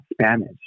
Spanish